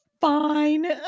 Fine